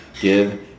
give